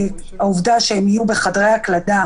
לבקשה שהם יהיו נוכחים בחדרי ההקלדה,